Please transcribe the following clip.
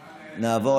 אינו נוכח,